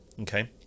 okay